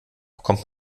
bekommt